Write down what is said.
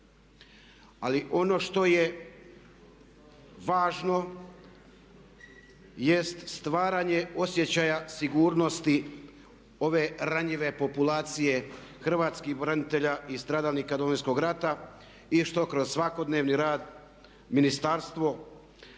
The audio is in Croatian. Ali ono što je važno jest stvaranje osjećaja sigurnosti ove ranjive populacije hrvatskih branitelja i stradalnika Domovinskog rata i što kroz svakodnevni rad ministarstvo